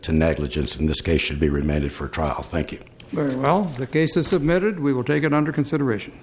to negligence in this case should be remanded for trial thank you very well the case is submitted we will take it under consideration